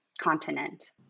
continent